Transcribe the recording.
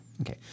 okay